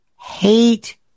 hate